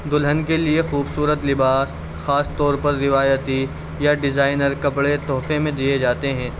دلہن کے لیے خوبصورت لباس خاص طور پر روایتی یا ڈیزائنر کپڑے تحفے میں دیے جاتے ہیں